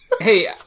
Hey